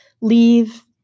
leave